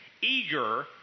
Eager